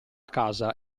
casa